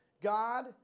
God